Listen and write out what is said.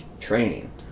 training